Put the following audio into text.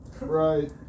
Right